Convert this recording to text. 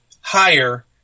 higher